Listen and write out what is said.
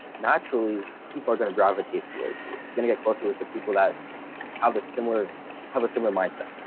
naturally, people are going to gravitate towards you gonna get closer with the people that have the similar have a similar mindset.